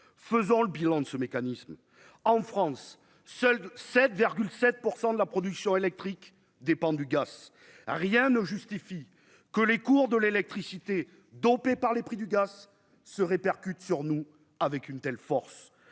faisant le bilan de ce mécanisme en France, seuls 7 vers 7 % de la production électrique dépendent du gosse, rien ne justifie que les cours de l'électricité, dopé par les prix du gaz se répercute sur nous avec une telle force